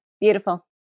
Beautiful